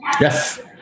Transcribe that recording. Yes